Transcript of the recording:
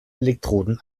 elektroden